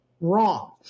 Wrong